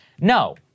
No